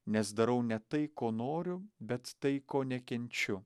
nes darau ne tai ko noriu bet tai ko nekenčiu